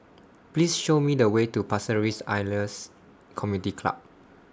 Please Show Me The Way to Pasir Ris Elias Community Club